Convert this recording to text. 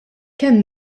kemm